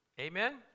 Amen